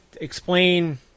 explain